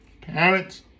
parents